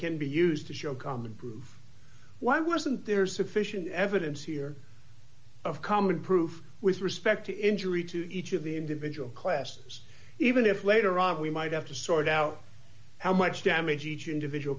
can be used to show common proof why wasn't there is sufficient evidence here of common proof with respect to injury to each of the individual classes even if later on we might have to sort out how much damage each individual